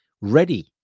ready